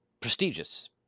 prestigious